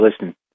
listen